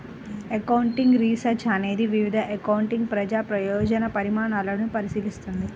accounting research అనేది వివిధ accounting ప్రజా ప్రయోజన పరిణామాలను పరిశీలిస్తుంది